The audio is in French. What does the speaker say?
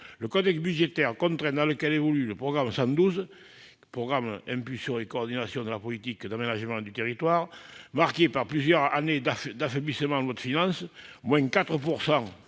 le contexte budgétaire contraint dans lequel évolue le programme 112, « Impulsion et coordination de la politique d'aménagement du territoire », marqué par plusieurs années d'affaiblissement en loi de finances- baisse